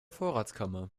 vorratskammer